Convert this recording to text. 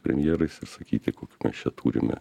premjerais ir sakyti kokių mes čia turime